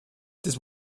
this